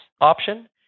option